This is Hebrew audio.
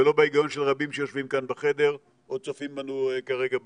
ולא בהיגיון של רבים שיושבים כאן בחדר או צופים בנו כרגע בזום.